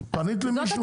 פנית למישהו?